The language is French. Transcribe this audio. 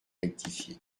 rectifié